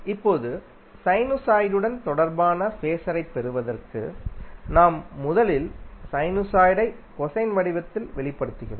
இப்போது சைனுசாய்டுடன் தொடர்புடைய ஃபேஸரைப் பெறுவதற்கு நாம் முதலில் சைனுசாய்டை கொசைன் வடிவத்தில் வெளிப்படுத்துகிறோம்